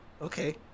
Okay